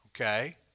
Okay